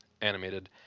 animated